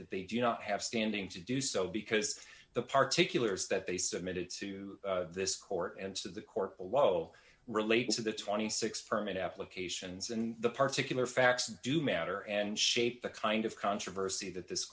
that they do not have standing to do so because the particularly as that they submitted to this court and the court below relates to the twenty six permit applications and the particularly facts do matter and shape the kind of controversy that this